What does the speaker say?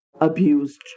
abused